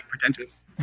pretentious